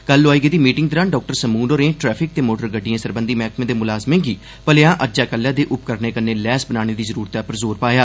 कल लोआई गेदी मीटिंग दौरान डाक्टर समून होरें ट्रैफिक ते मोटर गड्डिएं सरबंधी मैह्कमे दे मलाजमें गी भलेआं अज्जै कल्लै दे उपकरणें कन्नै लैस बनाने दी जरूरतै पर जोर पाया